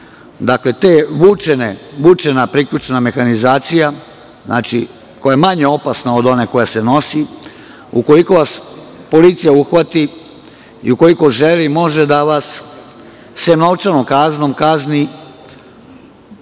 Dakle, ta vučena priključna mehanizacija, koja je manje opasna od one koja se nosi, ukoliko vas policija uhvati i ukoliko želi, može da vas novčanom kaznom kazni